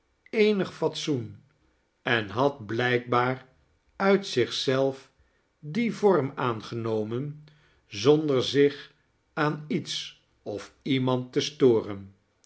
eenig fatsoen en had blijkbaar uit zich zelf dien vorm aangenomen zander zich aan iets of iemand te storen